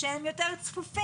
שהן יותר צפופות?